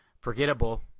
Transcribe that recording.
forgettable